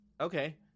okay